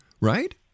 right